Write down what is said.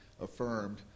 affirmed